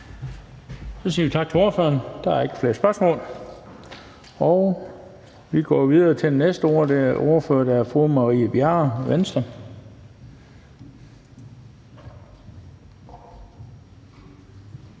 Så siger vi tak til ordføreren. Der er ikke flere spørgsmål. Vi går videre til den næste ordfører, der er fru Marie Bjerre, Venstre.